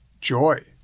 joy